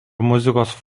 muzikos